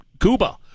Cuba